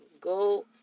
Go